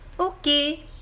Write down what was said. Okay